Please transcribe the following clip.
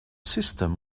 system